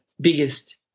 biggest